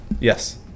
Yes